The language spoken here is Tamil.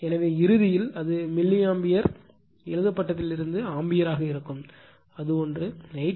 எனவே இறுதியில் அது மில்லி அம்பியர் எழுதப்பட்டதில் இருந்து ஆம்பியராக இருக்கும் அது ஒன்று 8